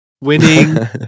Winning